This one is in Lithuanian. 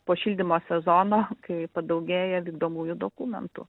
po šildymo sezono kai padaugėja vykdomųjų dokumentų